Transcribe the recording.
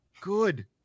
Good